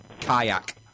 kayak